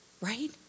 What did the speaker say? right